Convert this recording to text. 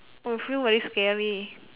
I will feel very scary